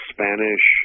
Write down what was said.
Spanish